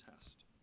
test